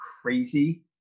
crazy